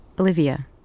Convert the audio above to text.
Olivia